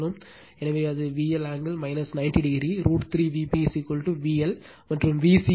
எனவே அது VL angle 90o √ 3 Vp VL